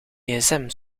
gsm